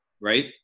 Right